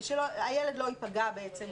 שהילד לא ייפגע.